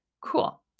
cool